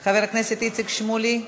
מוותר, חבר הכנסת איציק שמולי,